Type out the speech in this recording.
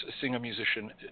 singer-musician